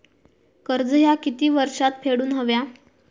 कर्ज ह्या किती वर्षात फेडून हव्या?